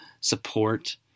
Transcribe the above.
support